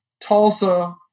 Tulsa